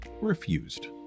refused